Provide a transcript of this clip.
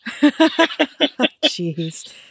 Jeez